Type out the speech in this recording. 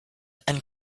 and